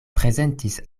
prezentis